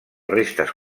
restes